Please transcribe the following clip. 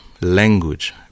Language